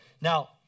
Now